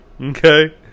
okay